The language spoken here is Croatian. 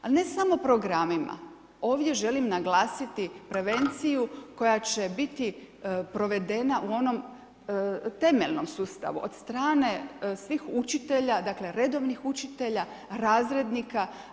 Ali ne samo programima, ovdje želim naglasiti prevenciju koja će biti provedena u onom temeljnom sustavu od strane svih učitelja, dakle redovnih učitelja, razrednika.